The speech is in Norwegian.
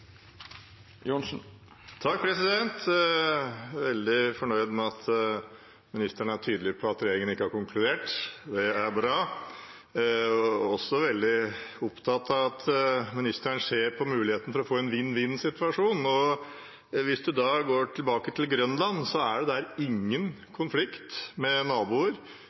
veldig fornøyd med at ministeren er tydelig på at regjeringen ikke har konkludert, det er bra. Jeg er også veldig opptatt av at ministeren ser på muligheten for å få en vinn-vinn-situasjon. Hvis man går tilbake til Grønland, er det der ingen konflikt med naboer,